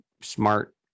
smart